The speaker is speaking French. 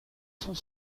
sont